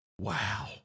Wow